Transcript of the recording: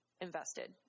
invested